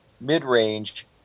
mid-range